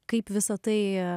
kaip visa tai